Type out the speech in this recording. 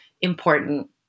important